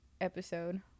episode